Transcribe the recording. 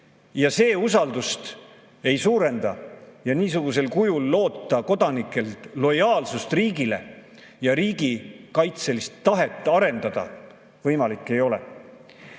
See usaldust ei suurenda. Niisugusel kujul loota kodanikelt lojaalsust riigile ja riigikaitselist tahet arendada võimalik ei ole. Aga